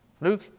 Luke